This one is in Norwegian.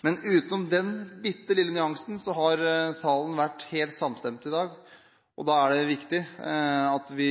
Men utenom den bitte lille nyansen har salen vært helt samstemt i dag, og da er det viktig at vi